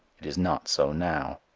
it is not so now.